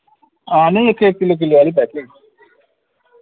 हां नेईं इक इक किलो किलो आह्ली पैकेट